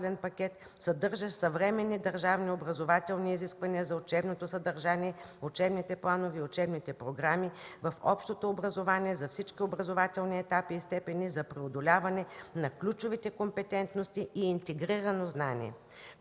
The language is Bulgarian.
пакет, съдържащ съвременни държавни образователни изисквания за учебното съдържание, учебните планове и учебните програми в общото образование за всички образователни етапи и степени за преодоляване на ключовите компетентности и интегриране на знания.